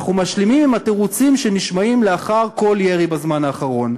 אנחנו משלימים עם התירוצים שנשמעים לאחר כל ירי בזמן האחרון.